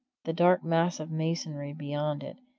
the dark massive masonry beyond it,